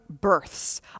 births